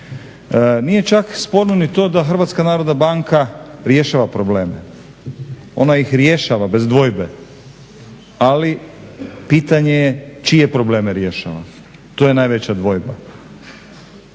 Nije čak sporno ni to da HNB rješava probleme, ona ih rješava bez dvojbe, ali pitanje je čije probleme rješava? To je najveća dvojba.